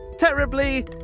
Terribly